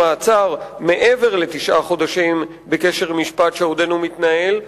במעצר מעבר לתשעה חודשים בקשר למשפט שעודנו מתנהל.